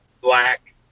black